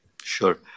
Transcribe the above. Sure